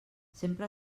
sempre